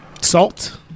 salt